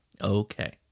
Okay